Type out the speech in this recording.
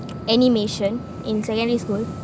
animation in secondary school